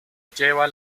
lleva